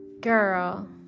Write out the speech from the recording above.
Girl